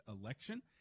election